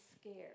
scared